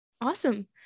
Awesome